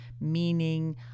meaning